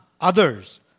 Others